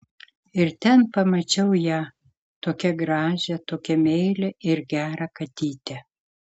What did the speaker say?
ir ten pamačiau ją tokią gražią tokią meilią ir gerą katytę